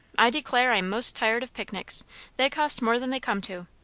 i declare, i'm most tired of picnics they cost more than they come to.